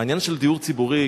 העניין של דיור ציבורי,